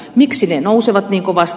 miksi ne nousevat niin kovasti